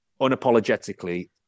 unapologetically